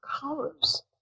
colors